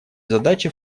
задачи